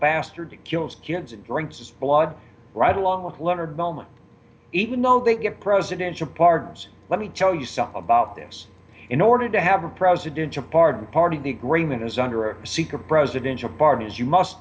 bastard kills kids and drink his blood right along with leonard moment even though they get presidential pardons let me tell you something about this in order to have presidential pardon pardon the greyman is under a secret presidential pardon as you must